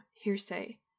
hearsay